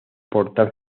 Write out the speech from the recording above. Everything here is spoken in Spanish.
portal